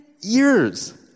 years